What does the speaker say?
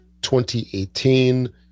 2018